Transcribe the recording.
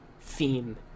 theme